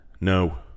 No